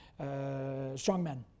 strongmen